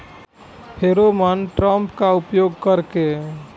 Pheromone trap का उपयोग कर के?